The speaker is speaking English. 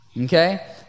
Okay